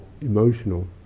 emotional